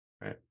right